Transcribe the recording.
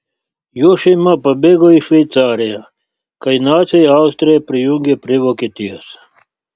jo šeima pabėgo į šveicariją kai naciai austriją prijungė prie vokietijos